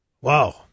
Wow